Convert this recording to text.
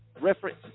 Reference